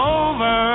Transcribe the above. over